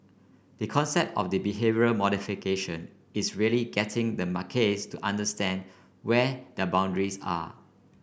the concept of the behavioural modification is really getting the macaques to understand where their boundaries are